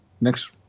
Next